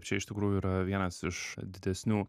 čia iš tikrųjų yra vienas iš didesnių